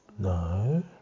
No